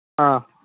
ꯑꯥ